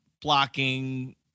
blocking